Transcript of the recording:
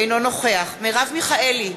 אינו נוכח מרב מיכאלי,